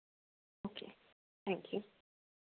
okay thank you